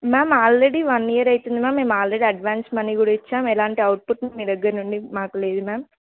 ma'am already one year అవుతుంది ma'am మేము already advance money కూడా ఇచ్చాం ఎలాంటి అవుట్పుట్ మీ దగ్గర నుండి మాకు లేదు మ్యామ్